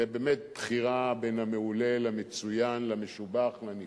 זה באמת בחירה בין המעולה, למצוין, למשובח, לנפלא.